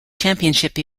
championship